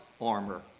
armor